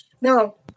no